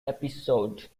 episode